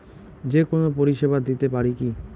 যে কোনো পরিষেবা দিতে পারি কি?